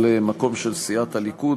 על מקום של סיעת הליכוד,